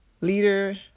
leader